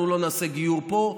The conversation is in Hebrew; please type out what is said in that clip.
אנחנו לא נעשה גיור פה,